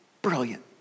Brilliant